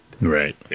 Right